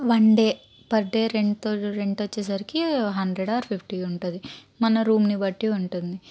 one day per day rent rent వచ్చేసరికి hundred or fifty ఉంటుంది మన రూమ్ని బట్టి ఉంటుంది